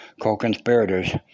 co-conspirators